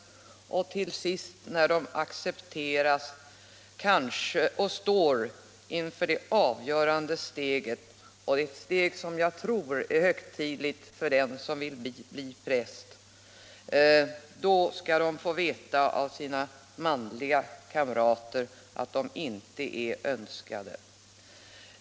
Jag ömmar för dem som till sist när de — kanske — accepteras och står inför det avgörande steget, ett steg som jag tror är högtidligt för den som vill bli präst, av sina manliga kamrater skall få veta att de inte är önskade.